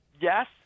Yes